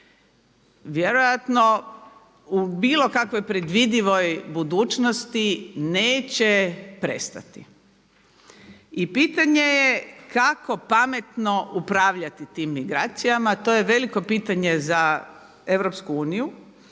vjerojatno u bilo kakvoj predvidivoj budućnosti neće prestati. I pitanje je kako pametno upravljati tim migracijama. To je veliko pitanje za EU. Međutim,